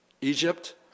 Egypt